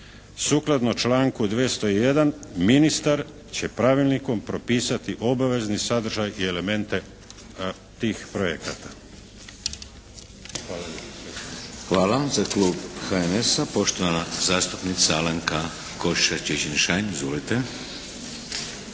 Sukladno članku 201. ministar će pravilnikom propisati obavezni sadržaj i elemente tih projekata. Hvala. **Šeks, Vladimir (HDZ)** Hvala. Za Klub HNS-a poštovana zastupnica Alenka Košiša Čičin-Šain. Izvolite.